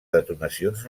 detonacions